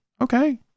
okay